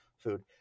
food